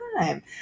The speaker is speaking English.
time